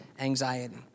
anxiety